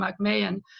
mcmahon